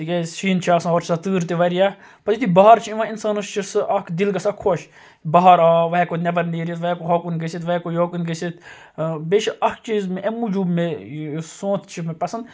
تکیازِ شیٖن چھُ آسان ہورٕ چھُ آسان تۭر تہِ واریاہ پَتہٕ یِتھُے بَہار چھُ یِوان اِنسانَس چھُ سُہ اکھ دِل گژھان خۄش بہار آو وۄنۍ ہیٚکو نیٚبر نیٖرِتھ وۄنۍ ہیٚکو ہوکُن گٔژھِتھ وَ ہیٚکو یوکُن گٔژھِتھ بیٚیہِ چھُ اکھ چیٖز مےٚ امہِ موٗجوٗب مےٚ یُس سونت چھُ مےٚ پَسَنٛد